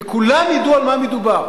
וכולם ידעו על מה מדובר.